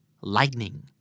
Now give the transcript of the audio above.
lightning